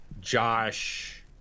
Josh